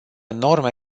norme